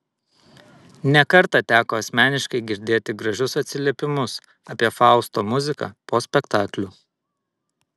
ne kartą teko asmeniškai girdėti gražius atsiliepimus apie fausto muziką po spektaklių